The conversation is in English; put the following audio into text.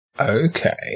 Okay